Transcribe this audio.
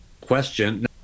question